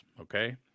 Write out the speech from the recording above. Okay